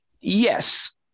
Yes